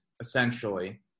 essentially